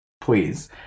Please